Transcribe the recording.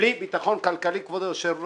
בלי ביטחון כלכלי, כבוד היושב ראש,